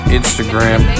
Instagram